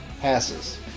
passes